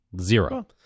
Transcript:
zero